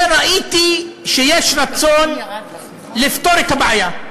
וראיתי שיש רצון לפתור את הבעיה.